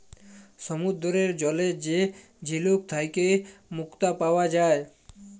সমুদ্দুরের জলে যে ঝিলুক থ্যাইকে মুক্তা পাউয়া যায়